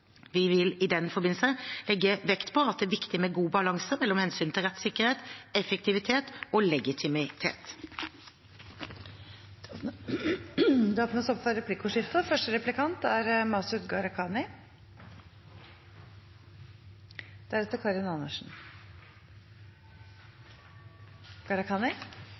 Vi vil i den forbindelse legge vekt på at det er viktig med god balanse mellom hensynet til rettssikkerhet, effektivitet og legitimitet. Det blir replikkordskifte.